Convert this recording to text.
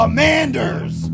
Commanders